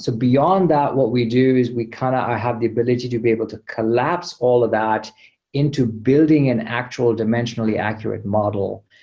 beyond that, what we do is we kind of ah have the ability to be able to collapse all of that into building an actual dimensionally-accurate model.